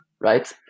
right